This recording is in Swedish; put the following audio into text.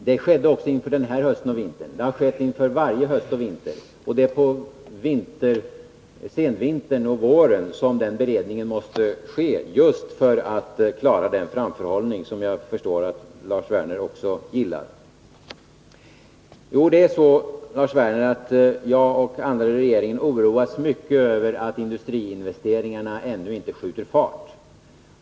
Denna beredning gjordes inför den här hösten och vintern, liksom den görs inför varje höst och vinter. Det är på senvintern och våren som den beredningen måste ske just för att klara den framförhållning som jag förstår att Lars Werner också gillar. Jo, Lars Werner, jag och andra i regeringen oroas mycket över att industriinvesteringarna ännu inte skjuter fart.